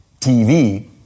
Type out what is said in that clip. TV